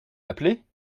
appeler